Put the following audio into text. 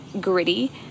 gritty